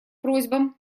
просьбам